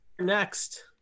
next